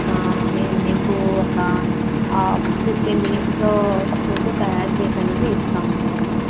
నేను మీకు ఒక ఫిఫ్టీన్ మినిట్స్లో మీకు తయారు చేసి అండి ఇస్తాం మ్యాడమ్